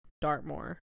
Dartmoor